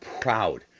proud